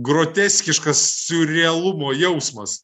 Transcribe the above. groteskiškas siurrealumo jausmas